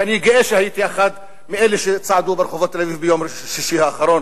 ואני גאה שהייתי אחד מאלה שצעדו ברחובות תל-אביב ביום שישי האחרון.